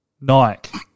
Nike